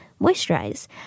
moisturize